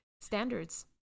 standards